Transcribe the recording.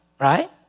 right